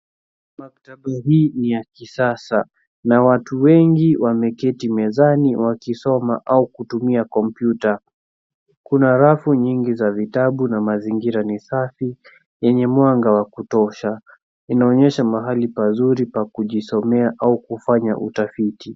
Maktaba hii ni ya kisasa na watu wengi wameketi mezani wakisoma au kutumia kompyuta . Kuna rafu nyingi za vitabu na mazingira ni safi yenye mwanga wa kutosha. Inaonyesha mahali pazuri pa kujisomea au kufanya utafiti.